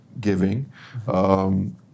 giving